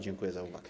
Dziękuję za uwagę.